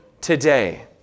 today